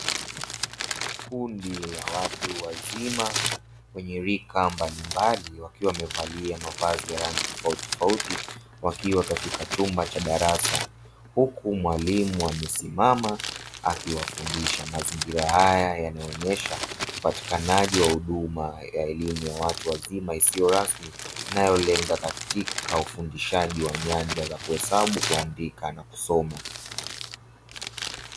Kundi la watu wazima wenye rika mbalimbali wakiwa wamevalia mavazi ya rangi tofauti tofauti wakiwa katika chumba cha darasa huku mwalimu amesimama akiwafundisha. Mazingira haya yanaonyesha upatikanaji wa huduma ya elimu ya watu wazima isiyo rasmi, nayo hulenga katika ufundishaji wa nyanja za kuhesabu, kuandika na kusoma.